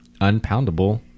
unpoundable